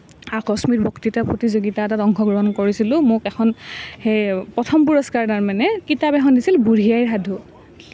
আকস্মিক বক্তৃতা প্ৰতিযোগিতা এটাত অংশগ্ৰহণ কৰিছিলোঁ মোক এখন সেই প্ৰথম পুৰস্কাৰ তাৰমানে কিতাপ এখন দিছিল বুঢ়ী আইৰ সাধু